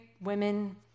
women